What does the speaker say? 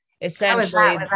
essentially